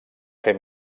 fer